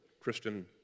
Christian